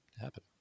happen